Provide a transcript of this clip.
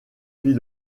fit